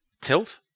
Tilt